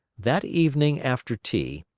that evening after tea,